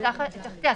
זה תחתיה.